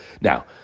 Now